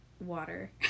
water